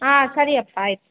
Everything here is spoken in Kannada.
ಹಾಂ ಸರಿಯಪ್ಪ ಆಯಿತು